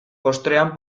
postrean